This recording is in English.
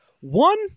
one